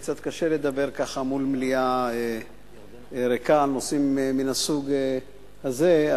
קצת קשה לדבר מול מליאה ריקה בנושאים מהסוג הזה.